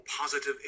positive